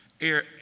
air